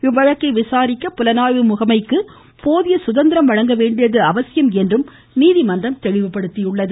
இவ்வழக்கை விசாரிக்க புலனாய்வு முகமைக்கு போதிய சுதந்திரம் வழங்கவேண்டியது அவசியம் என்றும் நீதிமன்றம் தெளிவுபடுத்தியுள்ளது